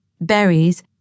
berries